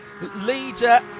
leader